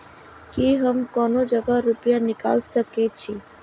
की हम कोनो जगह रूपया निकाल सके छी?